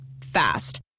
Fast